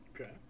Okay